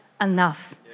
enough